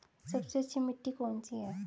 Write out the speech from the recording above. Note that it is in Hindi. सबसे अच्छी मिट्टी कौन सी है?